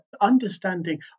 understanding